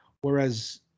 whereas